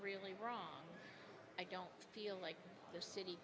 really wrong i don't feel like the city